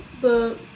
the-